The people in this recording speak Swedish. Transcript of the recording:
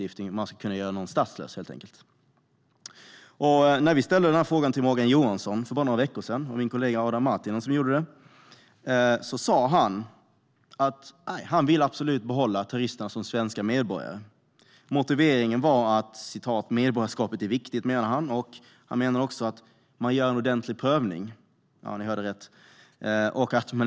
Man ska helt enkelt kunna göra någon statslös. När vi ställde denna fråga till Morgan Johansson för bara några veckor sedan - det var min kollega Adam Marttinen som gjorde det - sa han att han absolut ville behålla terroristerna som svenska medborgare. Motiveringen var att han menade att medborgarskapet är viktigt. Han menade också att man gör en ordentlig prövning. Ja, ni hörde rätt!